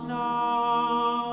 now